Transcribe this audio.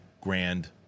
grand